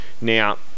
Now